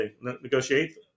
negotiate